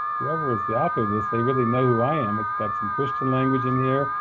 whoever is the author of this they really know who i am it's got some christian language in there,